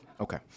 Okay